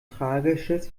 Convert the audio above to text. tragisches